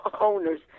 owners